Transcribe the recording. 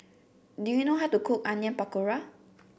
do you know how to cook Onion Pakora